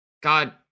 God